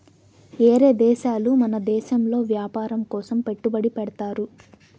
ఏరే దేశాలు మన దేశంలో వ్యాపారం కోసం పెట్టుబడి పెడ్తారు